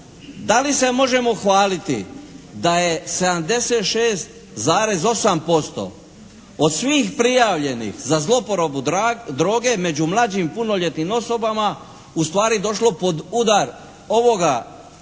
Da li se možemo hvaliti da je 76,8% od svih prijavljenih za zlouporabu droge među mlađim punoljetnim osobama ustvari došlo pod udar ovog članka